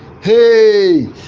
hey